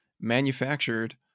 manufactured